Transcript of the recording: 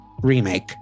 remake